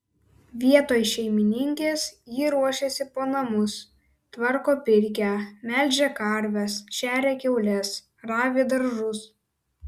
vietoj šeimininkės ji ruošiasi po namus tvarko pirkią melžia karves šeria kiaules ravi daržus